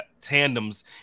tandems